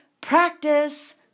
practice